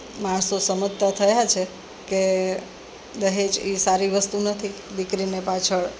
માણસો સમજતા થયા છે કે દહેજ એ સારી વસ્તુ નથી દીકરીને પાછળ